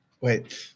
Wait